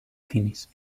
finis